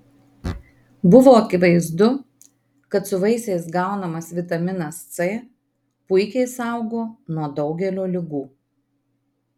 buvo akivaizdu kad su vaisiais gaunamas vitaminas c puikiai saugo nuo daugelio ligų